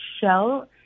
shell